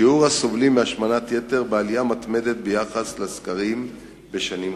שיעור הסובלים מהשמנת יתר בעלייה מתמדת ביחס לסקרים בשנים קודמות.